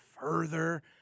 further